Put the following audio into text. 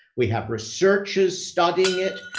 we have researchers studying it.